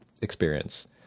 experience